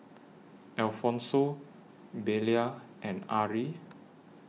Alfonso Belia and Arrie